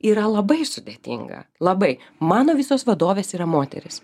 yra labai sudėtinga labai mano visos vadovės yra moterys